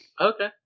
Okay